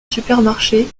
supermarché